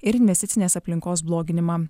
ir investicinės aplinkos bloginimą